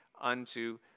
unto